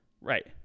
Right